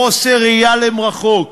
בחוסר ראייה למרחוק,